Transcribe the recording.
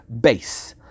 base